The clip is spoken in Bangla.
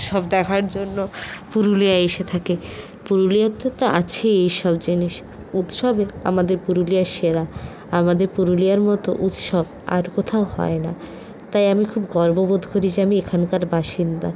উৎসব দেখার জন্য পুরুলিয়ায় এসে থাকে পুরুলিয়াতে তো আছেই এইসব জিনিস উৎসব আমাদের পুরুলিয়ার সেরা আমাদের পুরুলিয়ার মতো উৎসব আর কোথাও হয় না তাই আমি খুব গর্ববোধ করি যে আমি এখানকার বাসিন্দা